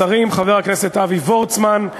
חבר הכנסת אבי וורצמן,